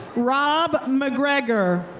rob mcgregor.